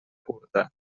curta